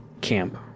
camp